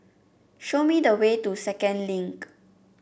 show me the way to Second Link